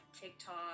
TikTok